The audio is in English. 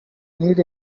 need